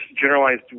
generalized